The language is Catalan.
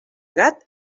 gat